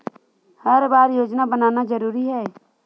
हर बार योजना बनाना जरूरी है?